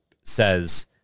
says